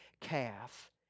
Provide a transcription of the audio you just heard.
calf